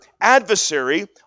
adversary